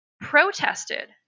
protested